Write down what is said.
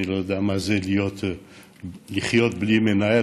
אני לא יודע מה זה לחיות בלי מנהל,